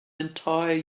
entire